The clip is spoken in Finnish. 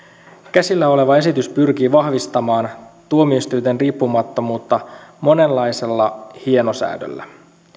käsillä oleva esitys pyrkii vahvistamaan tuomioistuinten riippumattomuutta monenlaisella hienosäädöllä